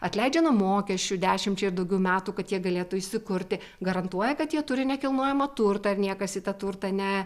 atleidžia nuo mokesčių dešimčiai ir daugiau metų kad jie galėtų įsikurti garantuoja kad jie turi nekilnojamą turtą ir niekas į tą turtą ne